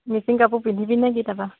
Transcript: মিচিং কাপোৰ পিন্ধিবি নেকি তাপা